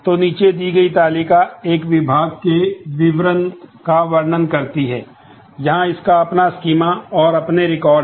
तो नीचे दी गई तालिका एक विभाग के विवरण का वर्णन करती है यहां इसका अपना स्कीमा हैं